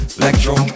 electro